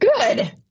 Good